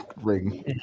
ring